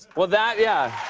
well, that yeah.